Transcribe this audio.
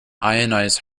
ionized